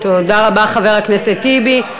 תודה רבה, חבר הכנסת טיבי.